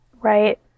right